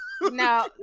No